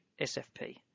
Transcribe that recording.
SFP